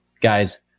Guys